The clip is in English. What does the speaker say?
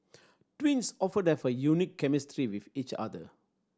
twins often have a unique chemistry with each other